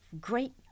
great